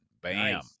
Bam